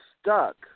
stuck